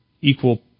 equal